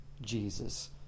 Jesus